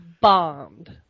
bombed